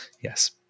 yes